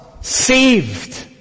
saved